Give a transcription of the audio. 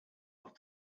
off